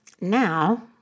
now